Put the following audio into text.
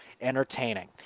entertaining